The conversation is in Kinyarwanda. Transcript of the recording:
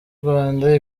rwanda